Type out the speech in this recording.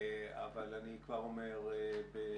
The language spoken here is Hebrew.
אבל אני כבר אומר בפתיחה.